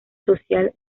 social